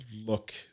look